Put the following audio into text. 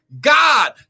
God